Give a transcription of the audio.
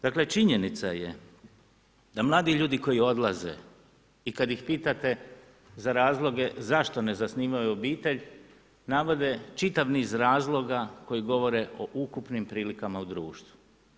Dakle činjenica je da mladi ljudi koji odlaze i kad ih pitate za razloge zašto ne zasnivaju obitelj, navode čitav niz razloga koji govore o ukupnim prilikama u društvu.